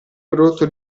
prodotto